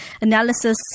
analysis